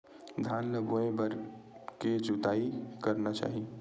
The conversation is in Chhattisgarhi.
धान ल बोए बर के बार जोताई करना चाही?